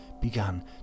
began